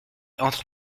entre